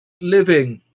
living